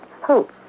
hope